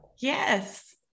Yes